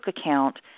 account